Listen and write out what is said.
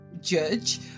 judge